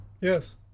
Yes